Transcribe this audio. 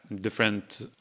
different